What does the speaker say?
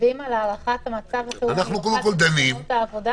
מצביעים על הארכת מצב החירום במקומות העבודה?